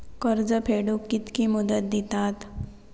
कर्ज फेडूक कित्की मुदत दितात?